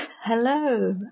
Hello